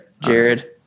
Jared